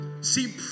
See